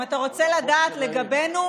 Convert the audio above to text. אם אתה רוצה לדעת לגבינו,